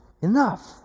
enough